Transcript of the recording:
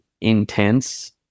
intense